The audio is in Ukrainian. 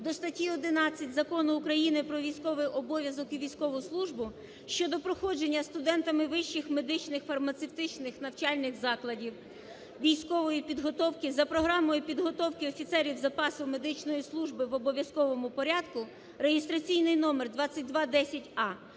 до статті 11 Закону України "Про військовий обов'язок і військову службу" (щодо проходження студентами вищих медичних, фармацевтичних навчальних закладів військової підготовки за програмою підготовки офіцерів запасу медичної служби в обов'язковому порядку)", реєстраційний номер 2210а,